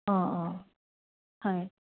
অঁ অঁ হয়